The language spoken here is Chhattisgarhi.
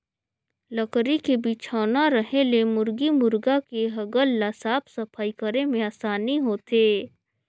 लकरी के बिछौना रहें ले मुरगी मुरगा के हगल ल साफ सफई करे में आसानी होथे